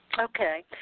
Okay